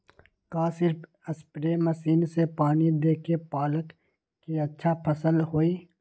का सिर्फ spray machine से पानी देके पालक के अच्छा फसल होई?